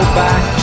back